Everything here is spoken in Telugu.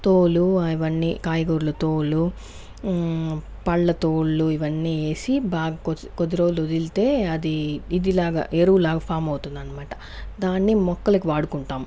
తోలు అవన్నీ కాయగూరల తోలు పళ్ళతోళ్ళు ఇవన్నీ వేసి బాగా కొద్ది కొద్ది రోజులు వదిలితే అది ఇదిలాగా ఎరువు లాగా ఫామ్ అవుతుంది అనమాట దాన్ని మొక్కలకి వాడుకుంటాం